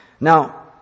now